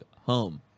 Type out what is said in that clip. home